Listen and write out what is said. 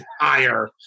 higher